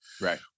Right